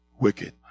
Wicked